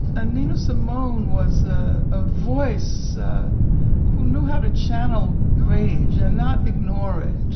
anina somone was a a voice who knew how to channel rage and not ignore it.